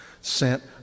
sent